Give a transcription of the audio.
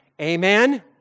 Amen